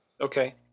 Okay